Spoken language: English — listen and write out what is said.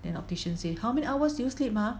then optician say how many hours do you sleep ah